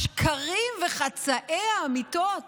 השקרים וחצאי האמיתות